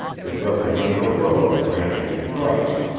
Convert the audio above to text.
it represented a road branching thrice.